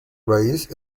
raíz